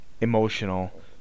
emotional